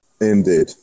Indeed